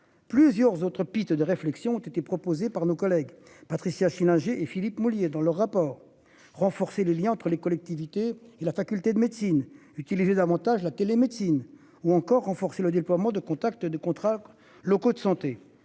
Plusieurs autres pistes de réflexion ont été proposés par nos collègues Patricia Schillinger et Philippe mouiller dans le rapport. Renforcer les Liens entre les collectivités et la faculté de médecine utiliser davantage la télémédecine, ou encore renforcer le déploiement de contact de contrats locaux de santé